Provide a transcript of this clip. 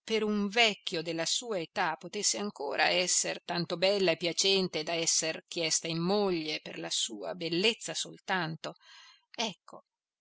per un vecchio della sua età potesse ancora esser tanto bella e piacente da esser chiesta in moglie per la sua bellezza soltanto ecco ecco